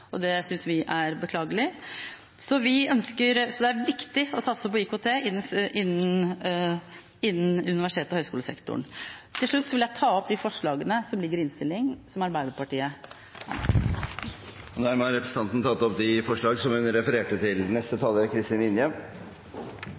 Det synes vi er beklagelig. Det er viktig å satse på IKT innen universitets- og høyskolesektoren. Til slutt vil jeg ta opp de forslagene som Arbeiderpartiet er med på i saken. Representanten Marianne Aasen har tatt opp de forslagene hun refererte til.